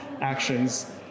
actions